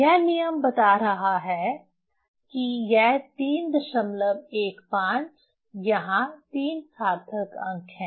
यह नियम बता रहा है कि यह 315 यहां 3 सार्थक अंक है